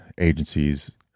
Agencies